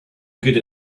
good